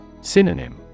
Synonym